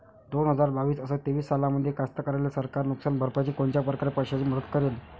दोन हजार बावीस अस तेवीस सालामंदी कास्तकाराइले सरकार नुकसान भरपाईची कोनच्या परकारे पैशाची मदत करेन?